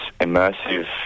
immersive